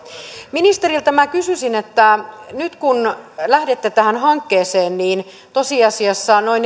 ministeriltä minä kysyisin nyt kun lähdette tähän hankkeeseen niin tosiasiassa niistä noin